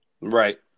Right